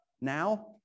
now